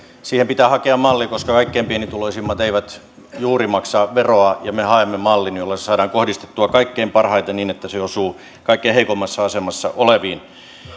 siihen pitää hakea malli koska kaikkein pienituloisimmat eivät juuri maksa veroa ja me haemme mallin jolla se saadaan kohdistettua kaikkein parhaiten niin että se osuu kaikkein heikoimmassa asemassa oleviin